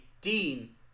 Dean